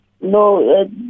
no